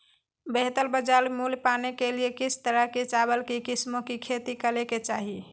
बेहतर बाजार मूल्य पाने के लिए किस तरह की चावल की किस्मों की खेती करे के चाहि?